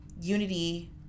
Unity